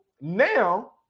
now